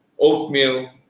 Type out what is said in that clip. oatmeal